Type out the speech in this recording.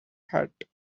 hat